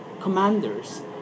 commanders